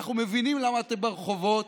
אנחנו מבינים למה אתם ברחובות,